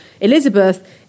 Elizabeth